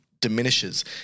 diminishes